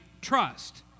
trust